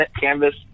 canvas